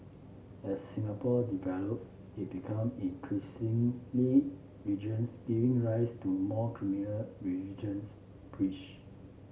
as Singapore develops it become increasingly regions giving rise to more criminal religions breach